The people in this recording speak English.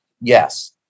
yes